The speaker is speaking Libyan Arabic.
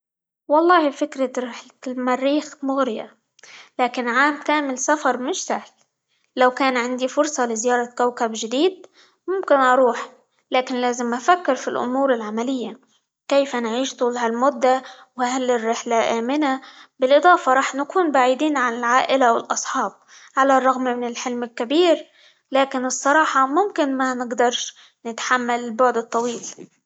والله فكرة رحلة المريخ مغرية، لكن عام كامل سفر مش سهل، لو كان عندي فرصة لزيارة كوكب جديد، ممكن أروح، لكن لازم أفكر في الأمور العملية، كيف نعيش طول هالمدة؟ وهل الرحلة آمنة؟ بالإضافة راح نكون بعيدين عن العائلة، والأصحاب، على الرغم من الحلم الكبير، لكن الصراحة ممكن ما نقدرش نتحمل البعد الطويل.